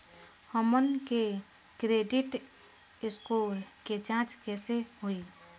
हमन के credit score के जांच कैसे होइ?